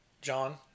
John